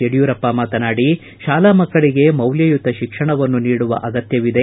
ಯಡಿಯೂರಪ್ಪ ಮಾತನಾಡಿ ಶಾಲಾ ಮಕ್ಕಳಿಗೆ ಮೌಲ್ಯಯುತ ಶಿಕ್ಷಣವನ್ನು ನೀಡುವ ಅಗತ್ಯವಿದೆ